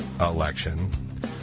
election